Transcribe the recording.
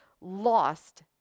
lost